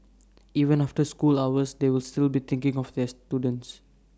even after school hours they will still be thinking of their students